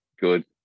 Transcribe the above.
good